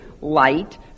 light